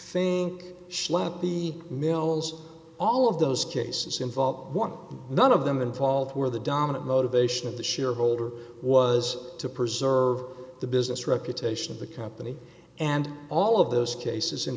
thing schlepp the mills all of those cases involve one none of them involved where the dominant motivation of the shareholder was to preserve the business reputation of the company and all of those cases in